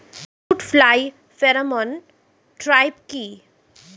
Fruit fly pheromone trap কি?